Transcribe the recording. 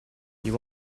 you